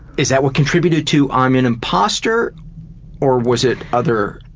is that what contributed to i'm an imposter or was it other,